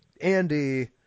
Andy